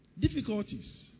difficulties